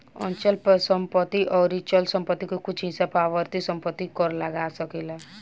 अचल संपत्ति अउर चल संपत्ति के कुछ हिस्सा पर आवर्ती संपत्ति कर लाग सकेला